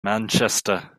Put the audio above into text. manchester